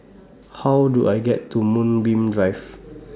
How Do I get to Moonbeam Drive